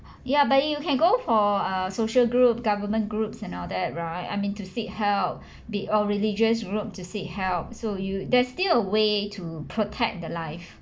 ya but you you can go for err social group government groups and all that right I mean to seek help be or religious group to seek help so you there's still a way to protect the life